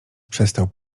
przestał